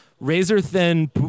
razor-thin